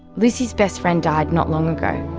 lucy's best friend died not long and go,